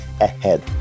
ahead